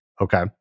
okay